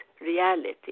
Reality